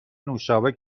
نوشابه